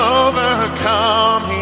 overcome